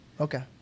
Okay